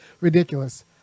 ridiculous